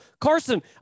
Carson